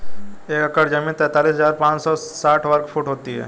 एक एकड़ जमीन तैंतालीस हजार पांच सौ साठ वर्ग फुट होती है